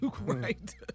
Right